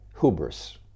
hubris